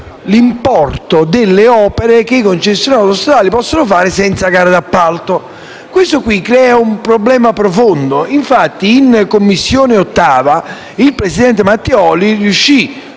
l'importo delle opere che i concessionari autostradali possono fare senza gare d'appalto. E ciò crea un problema profondo. In 8a Commissione, il presidente Matteoli riuscì,